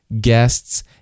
guests